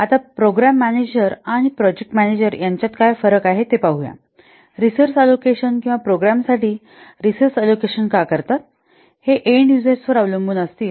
आता programme manager आणि project manager यांच्यात काय फरक आहे ते पाहूया रिसोर्स अलोकेशन किंवा प्रोग्राम्स साठी रिसोर्स अलोकेशन का करतात हे एन्ड यूजर्स वर अवलंबून असतील